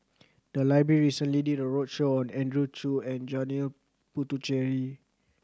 the library recently did a roadshow on Andrew Chew and Janil Puthucheary